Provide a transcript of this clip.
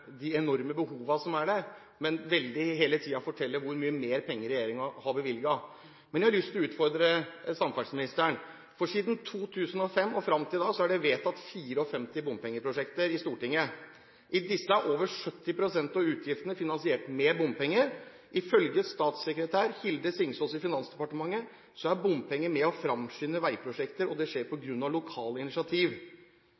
de enorme behovene som er der, men hele tiden velger å fortelle hvor mye mer penger regjeringen har bevilget. Men jeg har lyst til å utfordre samferdselsministeren. Siden 2005 og fram til i dag er det vedtatt 54 bompengeprosjekter i Stortinget. I disse er over 70 pst. av utgiftene finansiert med bompenger. Ifølge statssekretær Hilde Singsaas i Finansdepartementet er bompenger med på å fremskynde veiprosjekter, og det skjer på